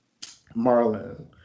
Marlon